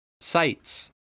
sites